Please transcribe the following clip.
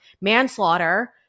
manslaughter